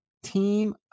team